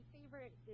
favorite